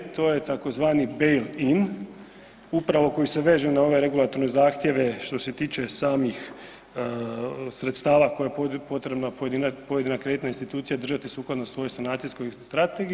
To je je tzv. bail in upravo koji se veže na ove regulatorne zahtjeve što se tiče samih sredstava koje je potrebno pojedina kreditna institucija držati sukladno svojoj sanacijskoj strategiji.